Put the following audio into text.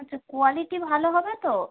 আচ্ছা কোয়ালিটি ভালো হবে তো